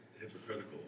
hypocritical